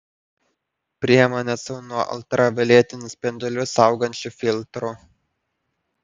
priemonės su nuo ultravioletinių spindulių saugančiu filtru